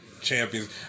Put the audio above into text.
champions